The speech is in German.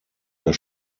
der